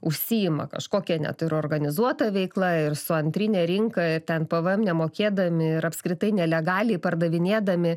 užsiima kažkokia net ir organizuota veikla ir su antrine rinka ir ten pvm nemokėdami ir apskritai nelegaliai pardavinėdami